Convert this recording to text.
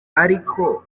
ariko